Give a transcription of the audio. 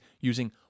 using